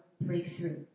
breakthrough